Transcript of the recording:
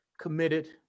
committed